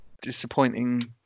disappointing